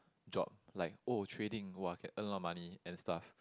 job like oh trading !wah! can earn a lot of money and stuff